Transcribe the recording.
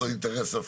יש לו אינטרס הפוך.